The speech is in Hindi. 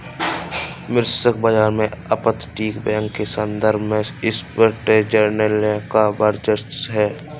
वैश्विक बाजार में अपतटीय बैंक के संदर्भ में स्विट्जरलैंड का वर्चस्व है